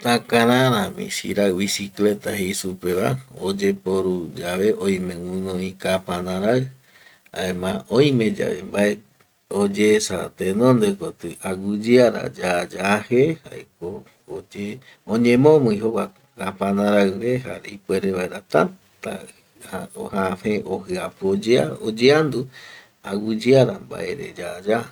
Takarara misirai bicicleta jei supeva oyeporu yave oime guinoi kapanarai jaema oime yave mbae oyesa tenonde koti aguiyeara yaya je jaeko oye oñemomii jokua kapanaraire jare ipuere vaera täta apo jaje jare jiapu oyeandu aguiyeara mbaere yaya